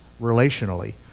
relationally